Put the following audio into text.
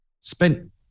spent